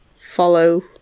follow